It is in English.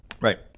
Right